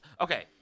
okay